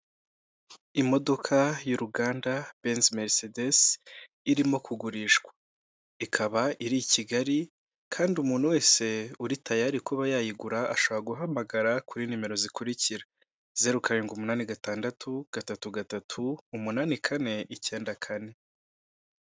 Imodoka y'uruganda Benz Mercedes irimo kugurishwa, ikaba iri i Kigali kandi umuntu wese uri tayari kuba yayigura ashobora guhamagara kuri nimero zikurikira: zeru karindwi umunani gatandatu gatatu gatatu umunani kane icyenda kane.